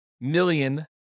million